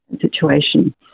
situation